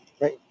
Right